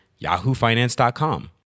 yahoofinance.com